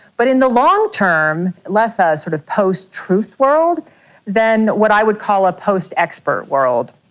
but in the long term, less ah a sort of post-truth world than what i would call a post-expert world.